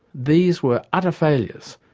these were utter failures,